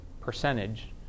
percentage